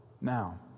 Now